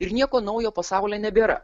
ir nieko naujo pasaulyje nebėra